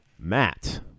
Matt